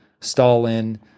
Stalin